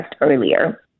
earlier